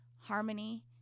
harmony